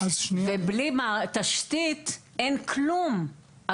שבלי תשתית אין כלום.